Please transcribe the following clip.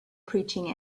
preaching